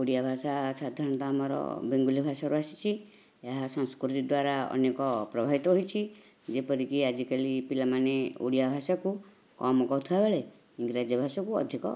ଓଡ଼ିଆ ଭାଷା ସାଧାରଣତଃ ଆମର ବେଙ୍ଗଲି ଭାଷାରୁ ଆସିଛି ଏହା ସଂସ୍କୃତି ଦ୍ଵାରା ଅନେକ ପ୍ରଭାବିତ ହୋଇଛି ଯେପରିକି ଆଜିକାଲି ପିଲାମାନେ ଓଡ଼ିଆ ଭାଷାକୁ କମ କହୁଥିବା ବେଳେ ଇଂରାଜୀ ଭାଷାକୁ ଅଧିକ